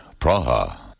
Praha